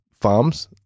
Farms